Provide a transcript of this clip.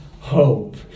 hope